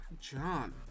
John